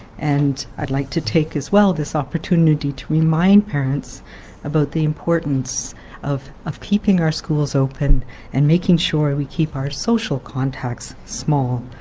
and i'd like to take as well this opportunity to remind parents about the importance of of keeping our schools open and making sure we keep our social contacts small.